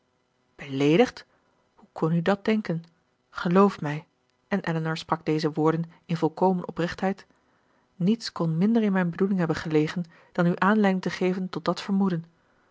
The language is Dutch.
hoe kon u dat denken geloof mij en elinor sprak deze woorden in volkomen oprechtheid niets kon minder in mijn bedoeling hebben gelegen dan u aanleiding te geven tot dat vermoeden